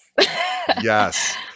Yes